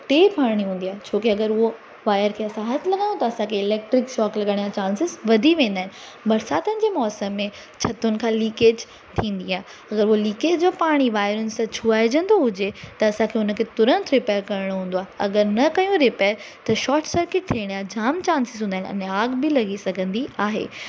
tape हणणी हूंदी आहे छो की अगरि उहो वायर खे असां हथु लॻायूं था सघे त शॉक लॻण जा चांसेस वधी वेंदा आहिनि बरसातुनि जे मौसम में छतुनि तां लिकेज थींदी आहे अगरि उहो लिकेज जो पाणी वाइरुनि सां छुहाइजंदो हुजे त असांखे हुनखे तुरंत रिपेअर करिणो हूंदो आहे अगरि न कयूं रिपेअर त शॉट सर्किट थियण जा जामु चांसेस हुंदा आहिनि अने आग बि लॻी सघंदी आहे